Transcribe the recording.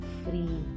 free